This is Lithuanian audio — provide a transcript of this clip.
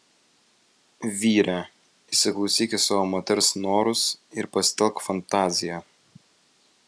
vyre įsiklausyk į savo moters norus ir pasitelk fantaziją